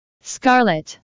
Scarlet